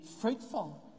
fruitful